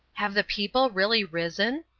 have the people really risen?